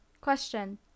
Question